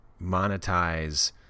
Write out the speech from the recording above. monetize